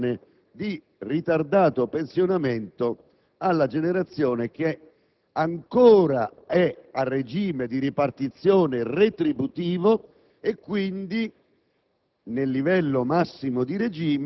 per dare una piccola agevolazione di ritardato pensionamento alla generazione ancora a regime di ripartizione retributiva, quindi